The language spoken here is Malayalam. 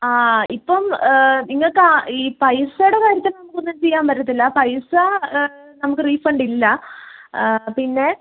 ആ ഇപ്പം നിങ്ങൾക്ക് ഈ പൈസയുടെ കാര്യത്തിൽ നമ്മക്ക് ഒന്നും ചെയ്യാൻ പറ്റത്തില്ല പൈസ നമുക്ക് റീഫണ്ട് ഇല്ല പിന്നെ